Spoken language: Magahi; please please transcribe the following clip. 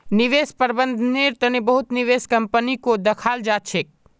निवेश प्रबन्धनेर तने बहुत निवेश कम्पनीको दखाल जा छेक